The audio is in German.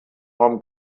raum